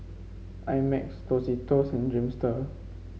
I Max Tostitos Dreamster